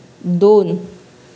दोन